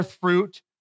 fruit